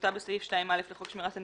כמשמעותה בסעיף 2א לחוק שמירת הניקיון,